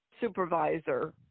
supervisor